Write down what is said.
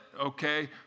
okay